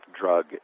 drug